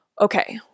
okay